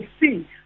see